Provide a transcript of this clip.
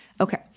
Okay